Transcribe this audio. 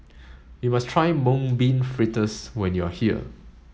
you must try mung bean fritters when you are here